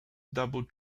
double